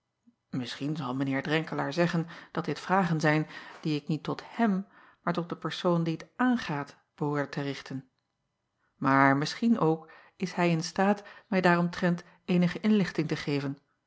isschien zal mijn eer renkelaer zeggen dat dit vragen zijn die ik niet tot hem maar tot de persoon die t aangaat behoorde te richten maar misschien ook is hij in staat mij daaromtrent eenige inlichting te geven